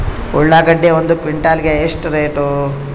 ಉಳ್ಳಾಗಡ್ಡಿ ಒಂದು ಕ್ವಿಂಟಾಲ್ ಗೆ ಎಷ್ಟು ರೇಟು?